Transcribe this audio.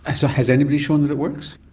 ah so has anybody shown that it works?